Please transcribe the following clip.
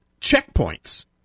checkpoints